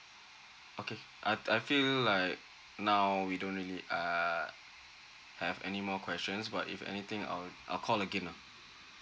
okay I I feel like now we don't really uh have any more questions but if anything I'll I'll call again lah